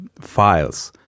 files